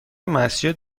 مسجد